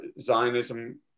Zionism